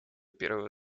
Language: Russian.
первого